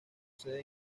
sede